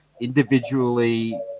individually